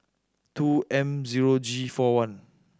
two M zero G four one